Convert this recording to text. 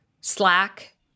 Slack